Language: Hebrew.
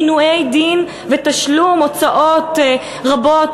עינויי דין ותשלום הוצאות רבות,